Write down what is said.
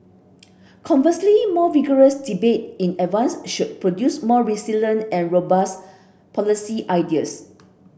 conversely more vigorous debate in advance should produce more resilient and robust policy ideas